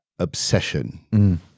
obsession